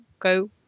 go